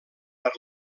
per